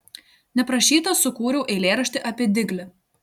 neprašyta sukūriau eilėraštį apie diglį